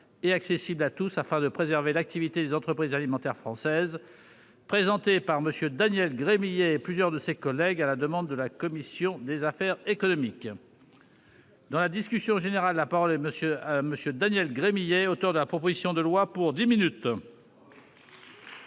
et accessible à tous afin de préserver l'activité des entreprises alimentaires françaises, présentée par M. Daniel Gremillet et plusieurs de ses collègues (proposition n° 138, texte de la commission n° 215, rapport n° 214). Dans la discussion générale, la parole est à M. Daniel Gremillet, auteur de la proposition de loi. Monsieur